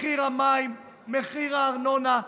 מחיר המים, הארנונה,